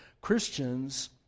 Christians